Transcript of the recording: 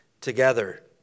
together